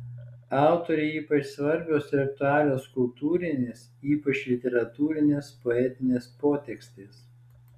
autorei ypač svarbios ir aktualios kultūrinės ypač literatūrinės poetinės potekstės